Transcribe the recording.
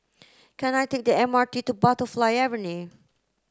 can I take the M R T to Butterfly Avenue